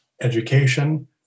education